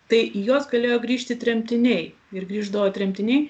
tai į juos galėjo grįžti tremtiniai ir grįždavo tremtiniai